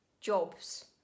jobs